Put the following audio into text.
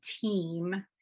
team